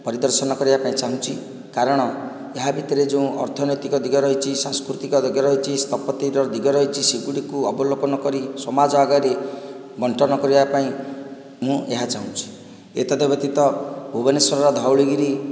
ପରିଦର୍ଶନ କରିବା ପାଇଁ ଚାହୁଁଛି କାରଣ ଏହା ଭିତରେ ଯେଉଁ ଅର୍ଥନୈତିକ ଦିଗ ରହିଛି ସାଂସ୍କୃତିକ ଦିଗ ରହିଛି ସ୍ଥାପତ୍ୟ ଦିଗ ରହିଛି ସେଗୁଡ଼ିକୁ ଅବଲୋକନ କରି ସମାଜ ଆଗରେ ବଣ୍ଟନ କରିବାପାଇଁ ମୁଁ ଏହା ଚାହୁଁଛି ଏତଦ୍ ବ୍ୟତୀତ ଭୁବନେଶ୍ୱରର ଧଉଳିଗିରି